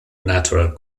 natural